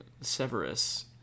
severus